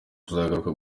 kugaruka